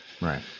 right